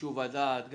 יישוב הדעת.